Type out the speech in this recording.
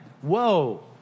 Whoa